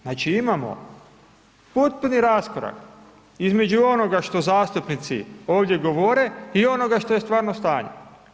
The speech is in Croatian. Znači imamo potpuni raskorak između onoga što zastupnici ovdje govore i onoga što je stvarno stanje.